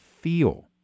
feel